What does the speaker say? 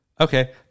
Okay